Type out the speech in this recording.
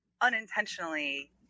unintentionally